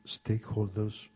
stakeholders